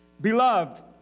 Beloved